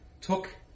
took